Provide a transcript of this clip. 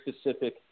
specific